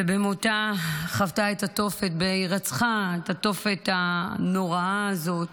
ובמותה, בהירצחה, חוותה את התופת הנוראה הזאת.